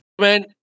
Man